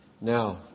Now